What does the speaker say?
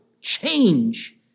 change